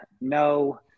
no